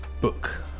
book